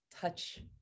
touch